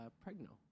pregnant